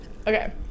Okay